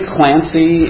Clancy